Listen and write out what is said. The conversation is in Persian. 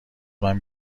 منم